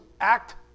act